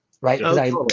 right